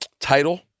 title